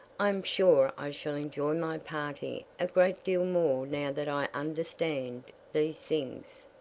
i am sure i shall enjoy my party a great deal more now that i understand these things.